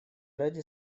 ряде